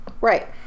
Right